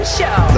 Show